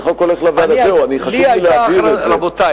החוק עובר לוועדה, חשוב לי להבהיר את זה.